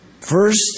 First